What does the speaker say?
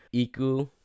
Iku